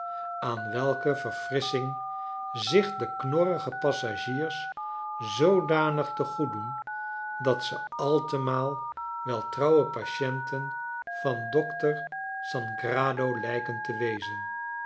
aan welke verfrissching zich de knorrige passagiers zoodanig te goed doen dat ze altemaal wel trouwepatienten van dokter sangrado lijken te wezen